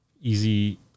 easy